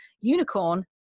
unicorn